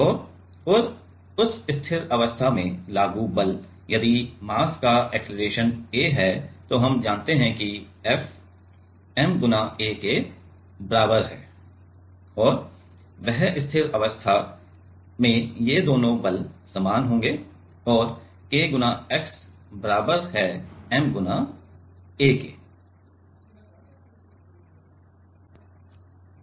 और उस स्थिर अवस्था में लागू बल यदि मास का अक्सेलरेशन a है तो हम जानते हैं कि F ma के बराबर है और वह स्थिर अवस्था ये दोनों बल समान होंगे और K x बराबर है m a के